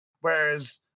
Whereas